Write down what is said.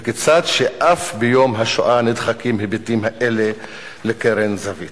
וכיצד זה שאף ביום השואה נדחקים ההיבטים האלה לקרן זווית?"